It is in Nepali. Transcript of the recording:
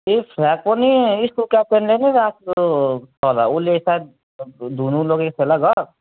त्यो फ्ल्याग पनि स्कुल क्याप्टनले नै राखेको छ होला उसले सायद धुनु लोगेको थियो होला घर